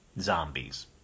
Zombies